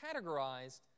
categorized